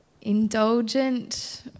Indulgent